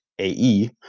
AE